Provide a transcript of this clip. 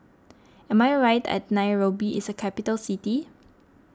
am I right at Nairobi is a capital city